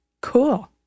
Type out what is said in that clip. cool